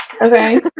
Okay